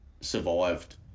survived